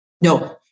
No